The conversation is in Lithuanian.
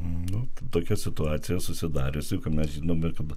nu tokia situacija susidariusi kad mes žinome kada